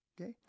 Okay